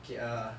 okay uh